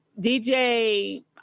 DJ